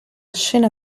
scena